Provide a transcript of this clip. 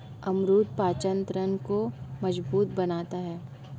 अमरूद पाचन तंत्र को मजबूत बनाता है